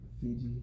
Fiji